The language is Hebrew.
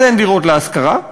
אז אין דירות להשכרה,